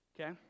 okay